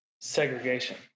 segregation